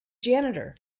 janitor